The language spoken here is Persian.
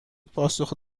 پاسخ